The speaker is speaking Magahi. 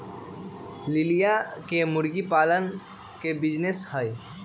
लिलिया के मुर्गी पालन के बिजीनेस हई